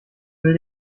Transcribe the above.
will